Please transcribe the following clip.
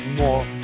more